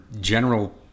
General